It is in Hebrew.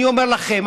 אני אומר לכם,